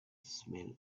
smell